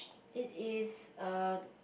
it is err